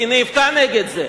כי היא נאבקה נגד זה.